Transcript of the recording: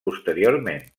posteriorment